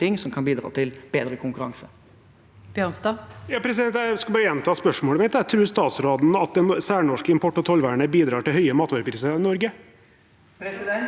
som kan bidra til bedre konkurranse.